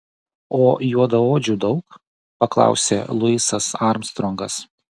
o juodaodžių daug paklausė luisas armstrongas